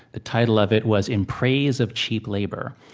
the title of it was in praise of cheap labor.